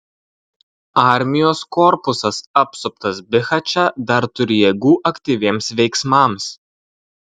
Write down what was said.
armijos korpusas apsuptas bihače dar turi jėgų aktyviems veiksmams